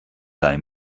blei